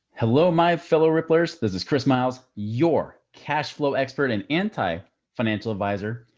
hello, my fellow ripplers! this is chris miles, your cash flow expert and anti-financial advisor.